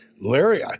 Larry